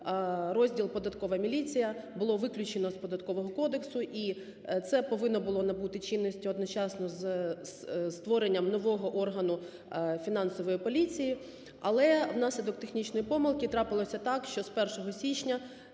розділ "Податкова міліція" було виключено з Податкового кодексу і це повинно було набути чинності одночасно з створенням нового органу фінансової поліції, але в наслідок технічної помилки трапилося так, що з 1 січня